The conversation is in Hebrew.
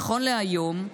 נכון להיום,